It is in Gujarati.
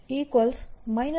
H